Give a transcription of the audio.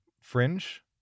Fringe